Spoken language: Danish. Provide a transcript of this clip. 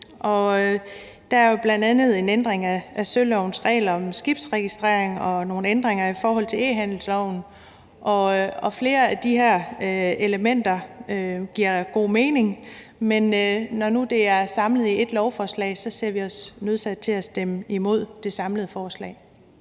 Der er jo bl.a. en ændring af sølovens regler om skibsregistrering og nogle ændringer i forhold til e-handelsloven. Flere af de her elementer giver god mening, men når nu de er samlet i et lovforslag, ser vi os nødsaget til at stemme imod det samlede forslag.